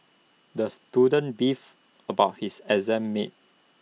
the student beefed about his exam mates